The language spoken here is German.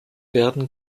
werden